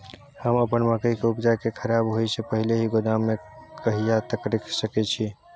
हम अपन मकई के उपजा के खराब होय से पहिले ही गोदाम में कहिया तक रख सके छी?